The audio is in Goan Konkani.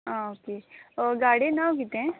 आ ओके गाडये नांव कितें